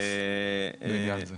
לעניין זה.